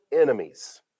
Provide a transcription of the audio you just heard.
enemies